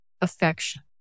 affection